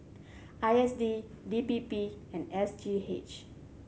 I S D D P P and S G H